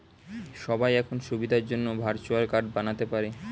সবাই এখন সুবিধার জন্যে ভার্চুয়াল কার্ড বানাতে পারে